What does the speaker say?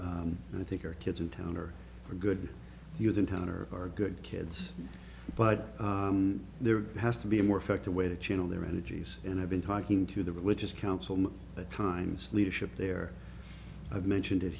i think our kids in town are a good youth in town or are good kids but there has to be a more effective way to channel their energies and i've been talking to the religious council times leadership there i've mentioned it